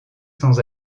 sans